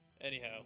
Anyhow